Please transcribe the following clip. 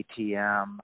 ATM